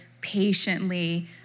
patiently